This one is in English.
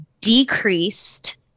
decreased